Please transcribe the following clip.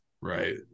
right